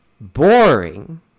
boring